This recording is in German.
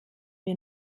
wir